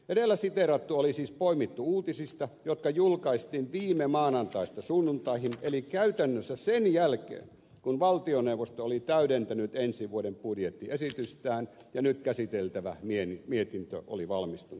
edellä siteerattu oli siis poimittu uutisista jotka julkaistiin viime maanantaista sunnuntaihin eli käytännössä sen jälkeen kun valtioneuvosto oli täydentänyt ensi vuoden budjettiesitystään ja nyt käsiteltävä mietintö oli valmistunut